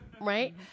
Right